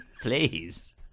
Please